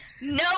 No